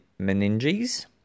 meninges